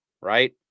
Right